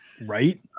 Right